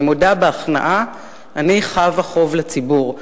אני מודה בהכנעה שאני חבה חוב לציבור.